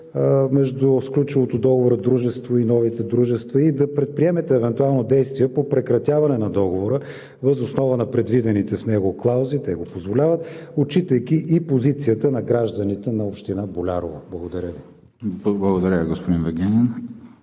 между сключилото договора дружество и новите дружества и да предприемете действия по прекратяване на договора въз основа на предвидените в него клаузи – те го позволяват, отчитайки и позицията на гражданите на община Болярово? Благодаря Ви. ПРЕДСЕДАТЕЛ ВЕСЕЛИН